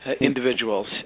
individuals